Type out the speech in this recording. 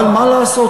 אבל מה לעשות,